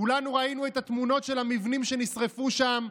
כולנו ראינו את התמונות של המבנים שנשרפו שם.